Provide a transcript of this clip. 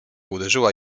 uderzyła